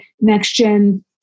next-gen